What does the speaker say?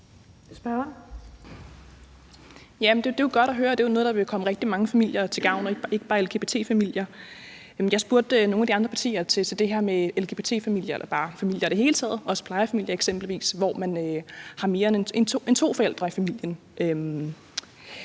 det er jo noget, der vil komme rigtig mange familier til gavn, ikke bare lgbt-familier. Jeg spurgte nogle af de andre partier til det her med lgbt-familier, eller bare familier i det hele taget, eksempelvis også plejefamilier, hvor man har mere end to forældre i familien.